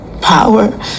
power